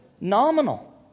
nominal